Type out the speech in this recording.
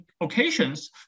occasions